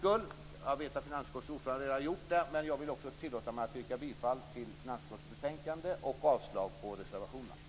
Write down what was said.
Jag vet att finansutskottets ordförande redan har gjort det, men för ordningens skulle vill jag yrka bifall till hemställan i finansutskottets betänkande och avslag på reservationerna.